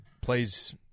plays